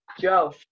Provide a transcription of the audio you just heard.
Joe